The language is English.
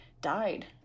died